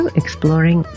exploring